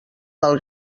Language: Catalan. del